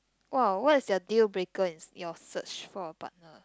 !wow! what is your deal breaker in your search for a partner